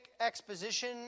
exposition